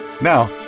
Now